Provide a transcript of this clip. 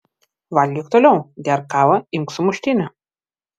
valgyk toliau gerk kavą imk sumuštinį